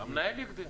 המנהל יגדיר.